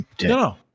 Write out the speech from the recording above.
no